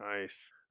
Nice